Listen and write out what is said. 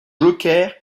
joker